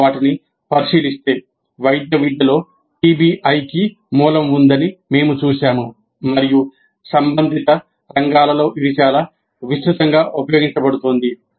మీరు వాటిని పరిశీలిస్తే వైద్య విద్యలో పిబిఐకి మూలం ఉందని మేము చూశాము మరియు సంబంధిత రంగాలలో ఇది చాలా విస్తృతంగా ఉపయోగించబడుతోంది